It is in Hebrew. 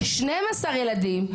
12 ילדים,